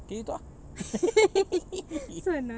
okay you talk ah